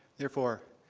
therefore,